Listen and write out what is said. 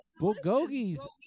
Bulgogi's